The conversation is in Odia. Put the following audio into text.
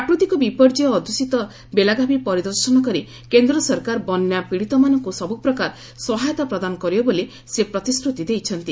ପ୍ରାକୃତିକ ବିପର୍ଯ୍ୟୟ ଅଧ୍ଯୁଷିତ ବେଲାଗାଭି ପରିଦର୍ଶନ କରି କେନ୍ଦ୍ର ସରକାର ବନ୍ୟାପୀଡ଼ିତମାନଙ୍କୁ ସବୁ ପ୍ରକାର ସହାୟତା ପ୍ରଦାନ କରିବେ ବୋଲି ସେ ପ୍ରତିଶ୍ରତି ଦେଇଛନ୍ତି